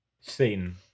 Satan